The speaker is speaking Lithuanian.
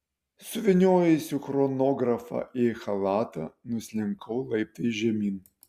suvyniojusi chronografą į chalatą nuslinkau laiptais žemyn